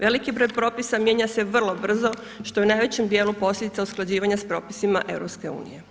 Veliki broj propisa mijenja se vrlo brzo što u najvećem dijelu posljedica usklađivanje s propisima EU.